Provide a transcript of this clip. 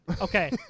okay